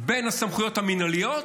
בין הסמכויות המינהליות